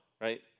right